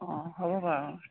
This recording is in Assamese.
অঁ হ'ব বাৰু